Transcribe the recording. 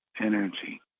energy